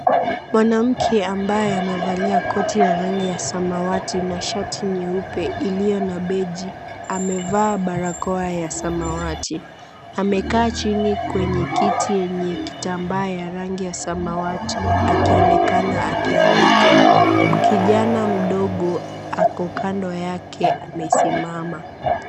Mwanamke ambaye amevalia koti ya rangi ya samawati na shati nyeupe iliyo na beji, amevaa barakoa ya samawati. Amekaa chini kwenye kiti yenye kitambaa ya rangi ya samawati akionekana akiandika. Kijana mdogo ako kando yake amesimama.